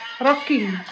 Rocking